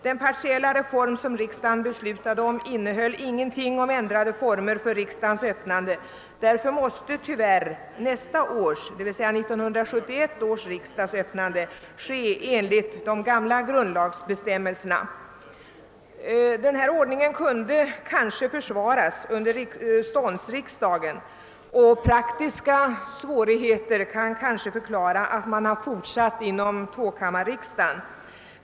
Den partiella reform som riksdagen fattade beslut om innehöll ingenting om ändrade former för riksdagens öppnande och därför måste tvvärr 1971 års riksdag öpr nas enligt de gamla grundlagsbestämmelserna. Denna ordning kunde kanske försvaras under ståndsriksdagen, och praktiska svårigheter kan förklara att man har fortsatt att tillämpa den för tvåkammarriksdagen.